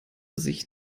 sich